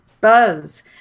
buzz